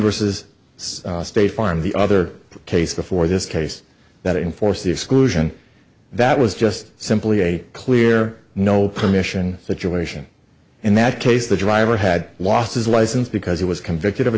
versus state farm the other case before this case that enforce the exclusion that was just simply a clear no permission situation in that case the driver had lost his license because he was convicted of a